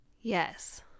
Yes